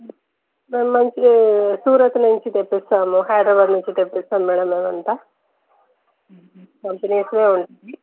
మేము మంచి సూరత్ నుంచి తెప్పిస్తాము హైడరాబాద్ నుంచి తెప్పిస్తాం మేడం మేమంతా కంటన్యూస్గా ఉంటుంది